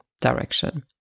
direction